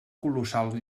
colossal